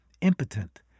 impotent